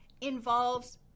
involves